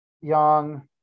Young